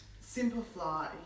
simplify